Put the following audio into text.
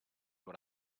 what